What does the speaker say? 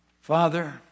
Father